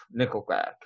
Nickelback